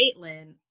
Caitlin